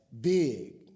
big